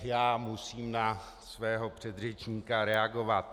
Já musím na svého předřečníka reagovat.